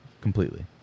Completely